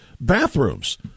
bathrooms